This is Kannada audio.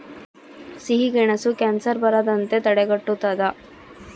ಸಿಹಿಗೆಣಸು ಕ್ಯಾನ್ಸರ್ ಬರದಂತೆ ತಡೆಗಟ್ಟುತದ